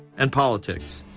and politics.